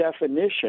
definition